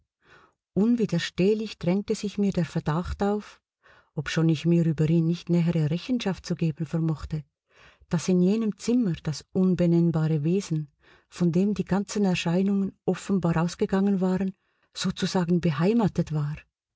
unwiderstehlich drängte sich mir der verdacht auf obschon ich mir über ihn nicht nähere rechenschaft zu geben vermochte daß in jenem zimmer das unbenennbare wesen von dem die ganzen erscheinungen offenbar ausgegangen waren sozusagen beheimatet war